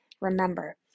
Remember